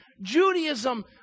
Judaism